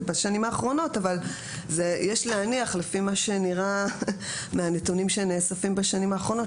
יש להניח לפי מה שנראה מהנתונים שנאספים בשנים האחרונות,